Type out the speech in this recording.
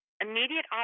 immediate